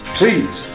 please